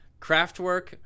craftwork